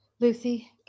Lucy